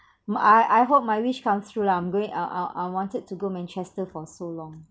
mm I I hope my wish comes true lah I'm going I I I wanted to go manchester for so long